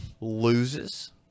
loses